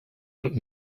but